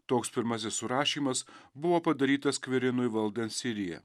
toks pirmasis surašymas buvo padarytas kvirinui valdant siriją